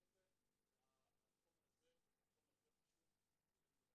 פורם את זה והחומר הזה פשוט גורם לו לחנק.